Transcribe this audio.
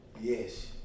yes